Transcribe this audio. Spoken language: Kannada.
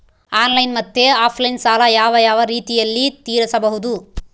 ಆನ್ಲೈನ್ ಮತ್ತೆ ಆಫ್ಲೈನ್ ಸಾಲ ಯಾವ ಯಾವ ರೇತಿನಲ್ಲಿ ತೇರಿಸಬಹುದು?